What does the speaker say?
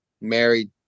married